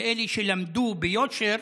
לאלה שלמדו ביושר,